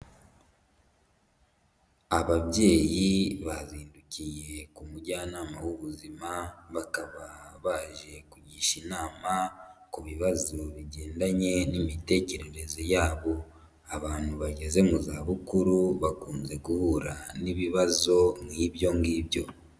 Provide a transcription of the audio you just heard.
Ababyeyi bazindukiye ku mujyanama w'ubuzima, bakaba baje kugisha inama, ku bibazo bigendanye n'imitekerereze yabo. Abantu bageze mu za bukuru bakunze guhura n'ibibazo nk'ibyo ngibyo.